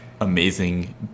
amazing